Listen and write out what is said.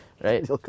Right